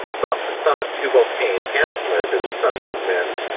thought the son of tubal-cain handsomer than the sons of men,